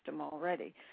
already